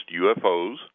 UFOs